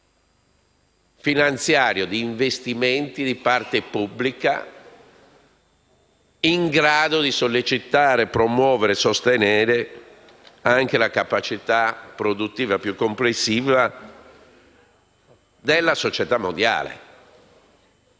finanziario di investimenti di parte pubblica in grado di sollecitare, promuovere e sostenere anche la capacità produttiva più complessiva della società mondiale.